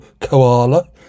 Koala